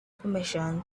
permission